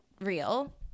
Real